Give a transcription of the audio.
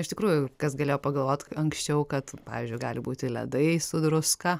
iš tikrųjų kas galėjo pagalvot anksčiau kad pavyzdžiui gali būti ledai su druska